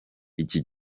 iki